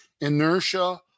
inertia